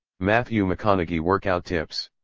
matthew mcconaughey workout tips.